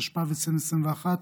התשפ"ב 2021,